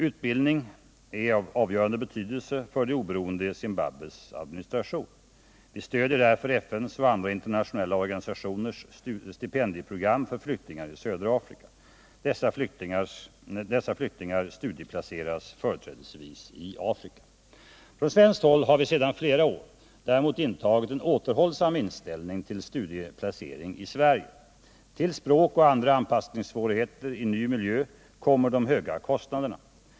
Utbildning är av avgörande betydelse för det oberoende Zimbabwes administration. Vi stödjer därför FN:s och andra internationella organisationers stipendieprogram för flyktingarna i södra Afrika. Dessa flyktingar studieplaceras företrädesvis i Afrika. Från svenskt håll har vi däremot sedan flera år intagit en återhållsam inställning till studier i Sverige. Till språkoch andra anpassningssvårigheter i ny miljö kommer de höga kostnaderna.